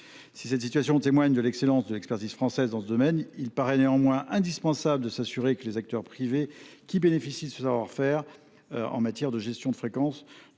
Si cette situation témoigne de l’excellence de l’expertise française dans ce domaine, il paraît indispensable de s’assurer que les acteurs privés qui bénéficient de ce savoir faire en matière de gestion de fréquences